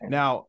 now